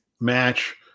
match